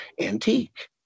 antique